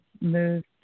moved